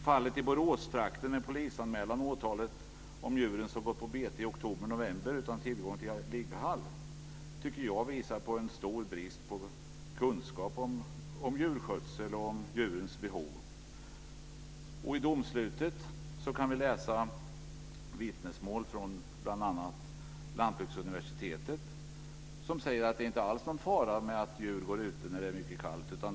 Fallet i Boråstrakten, med polisanmälan och åtal på grund av att djuren gått på bete i oktober-november utan tillgång till ligghall, tycker jag visar på en stor brist på kunskap om djurskötsel och om djurens behov. I domslutet kan vi läsa vittnesmål från bl.a. lantbruksuniversitetet som säger att det inte alls är någon fara med att djur går ute när det är mycket kallt.